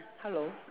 hello